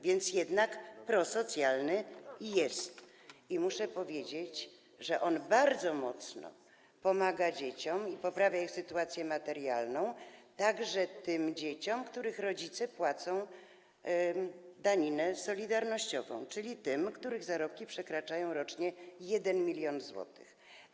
Więc jednak prosocjalny jest i muszę powiedzieć, że on bardzo mocno pomaga dzieciom i poprawia ich sytuację materialną, także tym dzieciom, których rodzice płacą daninę solidarnościową, bo ich zarobki przekraczają rocznie 1 mln zł.